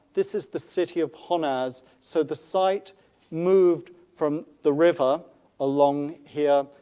this is the city of honaz, so the site moved from the river along here,